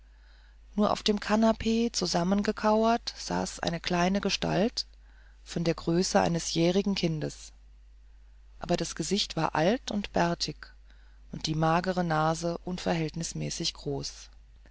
nur auf dem kanapee zusammengekauert saß eine kleine gestalt von der größe eines jährigen kindes aber das gesicht war alt und bärtig und die magere nase unverhältnismäßig groß